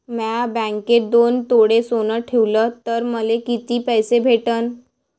म्या बँकेत दोन तोळे सोनं ठुलं तर मले किती पैसे भेटन